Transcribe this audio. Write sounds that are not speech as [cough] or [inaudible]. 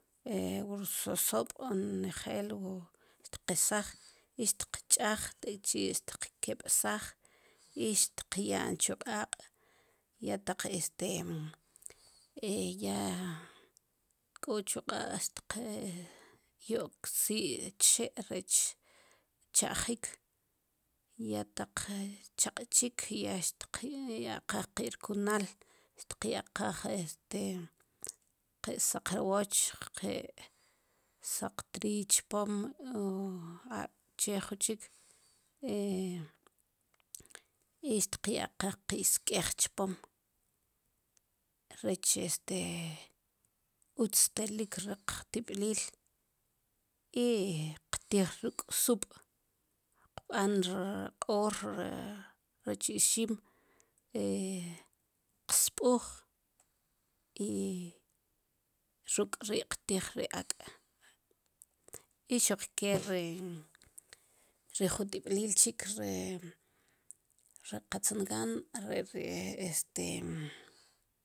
[hesitation] wu rzozob' nejel wu teqetzaj i tiqch'aj i tek'chi' tiqkeb'saj i xtiqya'n chu q'aaq' ya taq este [hesitation] ya k'o chu q'aaq' tyo'k si' chxe' rech tcha'jik ya taq choq' chik ya xtqya'qaj ki rkunal xtqyaqaj este ki saqrwoch ki saqtriiy chpom o che lo jun chik [hesitation] i xtqyaqaj ki sk'ej chpom rech este utz telik ri qtib'lil i qtij ruk' sub' qb'an ri q'oor rech ixiim [hesitation] tqsb'uj i ruk' ri qtij ri ak' i xuq ke ri ri jun tib'lil chik ri ri qatz ngaan are ri este